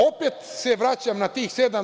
Opet se vraćam na tih sedam.